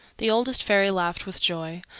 the oldest fairy laughed with joy.